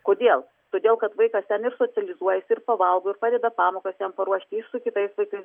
kodėl todėl kad vaikas ten ir socializuojasi ir pavalgo ir padeda pamokas jam paruošti ir su kitais vaikais